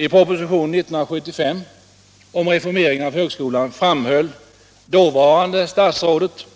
I propositionen år 1975 om reformeringen av högskolan framhöll dåvarande statsrådet